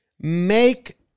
Make